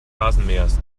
rasenmähers